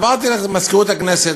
עברתי דרך מזכירות הכנסת,